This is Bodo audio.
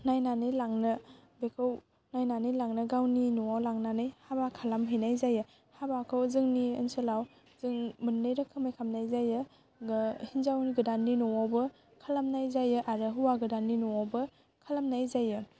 नायनानै लांनो बेखौ नायनानै लांनो गावनि न'आव लांनानै हाबा खालामहैनाय जायो हाबाखौ जोंनि ओनसोलाव जों मोननै रोखोमै खालामनाय जायो हिन्जाव गोदाननि न'आवबो खालामनाय जायो आरो हौवा गोदाननि न'आवबो खालामनाय जायो